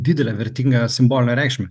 didelę vertingą simbolinę reikšmę